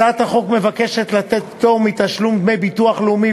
הצעת החוק מבקשת לתת פטור מתשלום דמי ביטוח לאומי